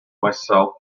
myself